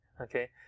okay